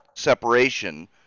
separation